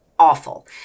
awful